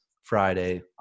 Friday